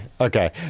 Okay